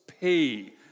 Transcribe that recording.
pay